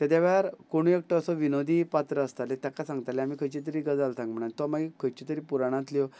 तेद्या वेळार कोणूय एकटो असो विनोदी पात्र आसताले ताका सांगताले आमी खंयचे तरी गजाल सांग म्हण तो मागीर खंयच्यो तरी पुराणांतल्यो